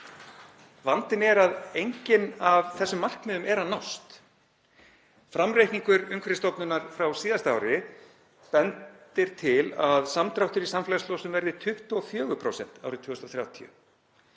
Vandinn er að ekkert af þessum markmiðum er að nást. Framreikningur Umhverfisstofnunar frá síðasta ári bendir til að samdráttur í samfélagslosun verði 24% árið 2030.